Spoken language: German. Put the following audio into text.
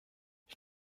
ich